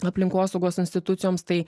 aplinkosaugos institucijoms tai